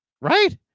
right